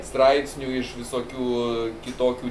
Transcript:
straipsnių iš visokių kitokių